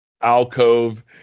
alcove